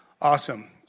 Awesome